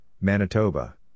Manitoba